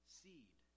seed